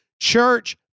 Church